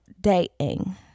dating